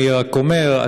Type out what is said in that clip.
אני רק אומר,